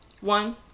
One